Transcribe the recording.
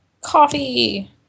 Coffee